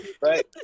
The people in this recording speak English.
Right